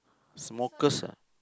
smokers ah